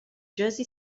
jersey